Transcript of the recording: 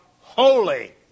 holy